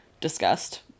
discussed